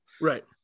right